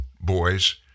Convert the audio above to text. boys